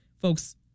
folks